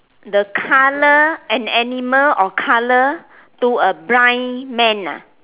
the colour and animal or colour to a blind man ah